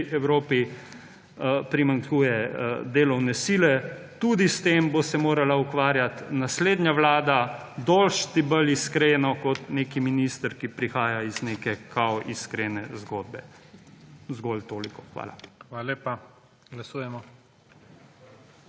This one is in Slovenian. Evropi primanjkuje delovne sile. Tudi s tem se bo morala ukvarjati naslednja vlada dosti bolj iskreno kot neki minister, ki prihaja iz neke kao iskrene zgodbe. Zgolj toliko. Hvala. **PREDSEDNIK